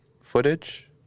footage